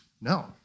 No